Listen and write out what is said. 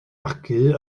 magu